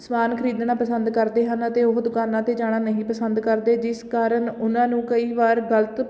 ਸਮਾਨ ਖਰੀਦਣਾ ਪਸੰਦ ਕਰਦੇ ਹਨ ਅਤੇ ਉਹ ਦੁਕਾਨਾਂ 'ਤੇ ਜਾਣਾ ਨਹੀਂ ਪਸੰਦ ਕਰਦੇ ਜਿਸ ਕਾਰਨ ਉਹਨਾਂ ਨੂੰ ਕਈ ਵਾਰ ਗਲਤ